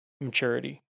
maturity